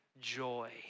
joy